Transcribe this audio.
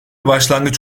başlangıç